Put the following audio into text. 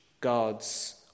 God's